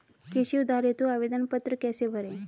कृषि उधार हेतु आवेदन पत्र कैसे भरें?